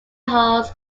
halls